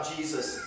Jesus